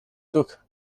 took